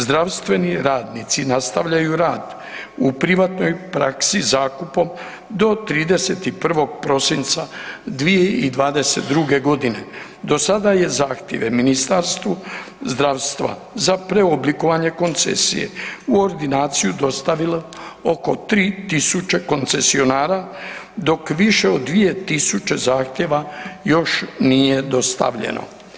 Zdravstveni radnici nastavljaju rad u privatnoj praksi zakupom do 31. prosinca 2022. g.“ Do sada je zahtjeve Ministarstvu zdravstva za preoblikovanje koncesije u ordinaciju dostavilo oko 3000 koncesionara dok više od 2000 zahtjeva još nije dostavljeno.